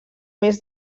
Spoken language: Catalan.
mes